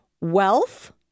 Wealth